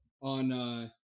on